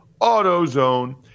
AutoZone